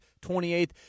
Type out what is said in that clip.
28th